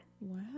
Wow